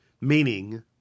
meaning